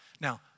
Now